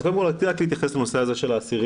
אז קודם כל רציתי רק להתייחס לנושא הזה של האסירים.